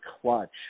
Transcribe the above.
clutch